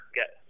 get